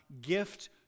gift